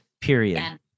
period